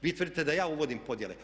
Vi tvrdite da ja uvodim podjele.